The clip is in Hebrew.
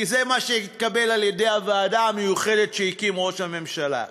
כי זה מה שהתקבל על-ידי הוועדה המיוחדת שהקים ראש הממשלה,